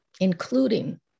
including